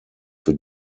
für